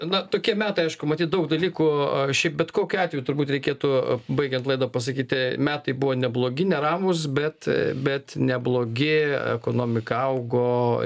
na tokie metai aišku matyt daug dalykų a šiaip bet kokiu atveju turbūt reikėtų baigiant laidą pasakyti metai buvo neblogi neramūs bet bet neblogi ekonomika augo